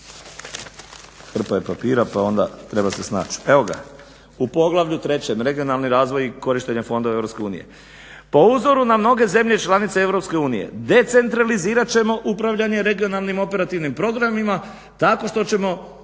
Hrpa je papira pa onda treba se snaći. Evo ga, u poglavlju 3. Regionalni razvoj i korištenje fondova Europske unije. Po uzoru na mnoge zemlje članice Europske unije decentralizirat ćemo upravljanje regionalnim operativnim programima tako što ćemo